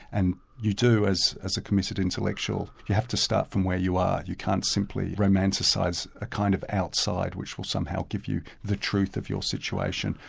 and you do as as a committed intellectual, you have to start from where you are, you can't simply romanticise a kind of outside which will somehow give you the truth of your situation.